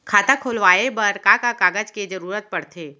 खाता खोलवाये बर का का कागज के जरूरत पड़थे?